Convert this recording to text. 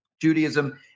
Judaism